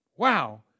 Wow